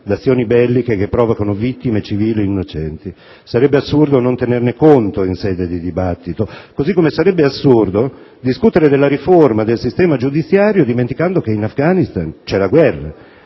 da azioni belliche che provocano vittime civili innocenti. Sarebbe assurdo non tenerne conto in sede di dibattito, così come sarebbe assurdo discutere della riforma del sistema giudiziario dimenticando che in Afghanistan c'è la guerra.